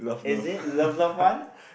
is it love love one